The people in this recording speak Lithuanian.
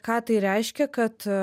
ką tai reiškia kad